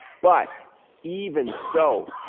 but even so,